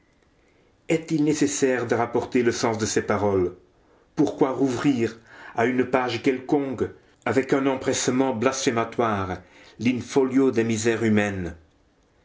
est-il nécessaire de rapporter le sens de ses paroles pourquoi rouvrir à une page quelconque avec un empressement blasphématoire lin folio des misères humaines